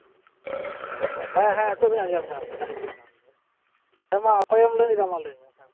ᱦᱮᱸ ᱦᱮᱸ ᱱᱤᱛᱳᱜ ᱫᱚ ᱟᱸᱡᱚᱢ ᱧᱟᱢ ᱫᱟᱹᱧ ᱟᱸᱡᱚᱢ ᱧᱟᱢ ᱫᱟᱹᱧ ᱦᱮᱸᱢᱟ ᱚᱠᱚᱭᱮᱢ ᱞᱟᱹᱭ ᱮᱫᱟ ᱢᱟ ᱞᱟᱹᱭ ᱢᱮ ᱢᱟ